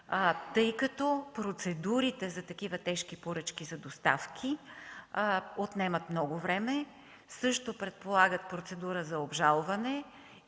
тъй като процедурите за такива тежки поръчки за доставки отнемат много време, също предполагат процедура за обжалване.